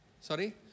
Sorry